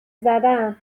زدم